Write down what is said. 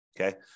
okay